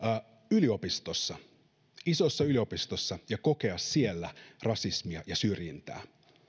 yliopistossa isossa yliopistossa ja kokea siellä rasismia ja syrjintää